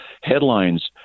headlines